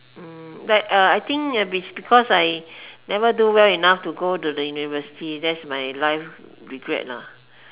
uh like uh I think it's because I never do well enough to go to the university that's my life regret ah